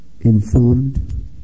informed